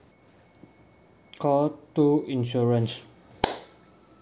call two insurance